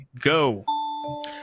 go